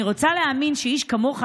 אני רוצה להאמין שאיש כמוך,